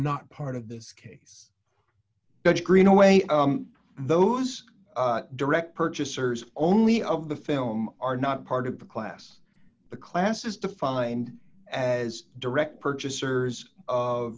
not part of this case but greenaway those direct purchasers only of the film are not part of her class the class is defined as direct purchasers of